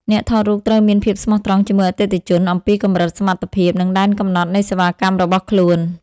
អ្នកថតរូបត្រូវមានភាពស្មោះត្រង់ជាមួយអតិថិជន អំពីកម្រិតសមត្ថភាព និងដែនកំណត់នៃសេវាកម្មរបស់ខ្លួន។